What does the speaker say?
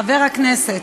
חבר הכנסת.